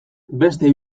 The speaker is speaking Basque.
beste